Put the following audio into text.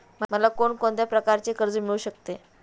मला कोण कोणत्या प्रकारचे कर्ज मिळू शकते?